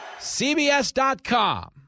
CBS.com